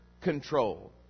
control